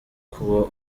kuba